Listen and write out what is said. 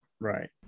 Right